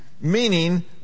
meaning